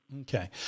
Okay